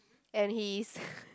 and he is